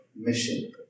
mission